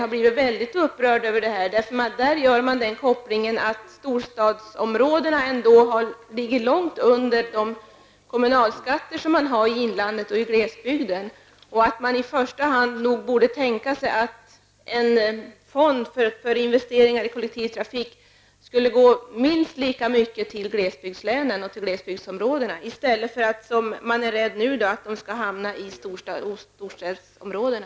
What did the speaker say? Detta visar hur upprörd man är där. Man gör den kopplingen, att storstadsområdena ändå ligger långt under de kommunalskatter som inlandet och glesbygden har. Därför borde man nog i första hand tänka sig att en fond för investeringar i kollektivtrafik skulle gå i minst lika hög grad till glesbygdslänen, i stället för att de, som man nu är rädd för, hamnar i storstadsområdena.